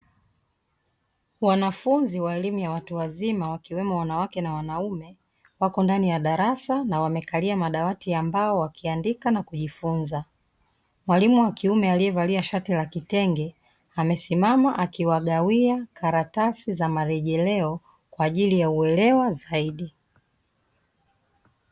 Wanafunzi wa elimu ya watu wazima wakiwemo wanawake na wanaume, wako ndani ya darasa na wamekalia madawati ya mbao wakiandika na kujifunza. Mwalimu wa kiume aliyevalia shati la kitenge; amesimama akiwagawia karatasi za marelejeo kwa ajili ya uelewa zaidi.